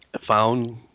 found